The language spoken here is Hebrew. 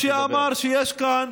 שאמר שיש כאן